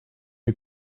you